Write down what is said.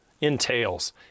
entails